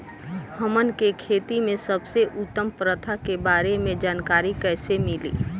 हमन के खेती में सबसे उत्तम प्रथा के बारे में जानकारी कैसे मिली?